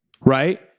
Right